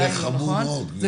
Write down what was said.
זה חמור מאוד, גברתי.